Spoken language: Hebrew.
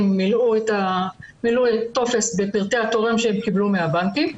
מילאו טופס בפרטי התורם שהם קיבלו מהבנקים,